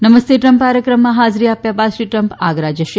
નમસ્તે ટ્રમ્પ કાર્યક્રમમાં હાજરી આપ્યા બાદ શ્રી ટ્રમ્પ આગરા જશે